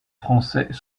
français